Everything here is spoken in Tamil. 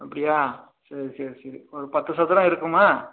அப்படியா சரி சரி சரி ஒரு பத்து சதுரம் இருக்குமா